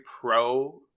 pro